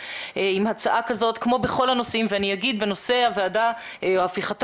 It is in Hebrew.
אני אומר שבנושא הוועדה או הפיכת